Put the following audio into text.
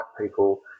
people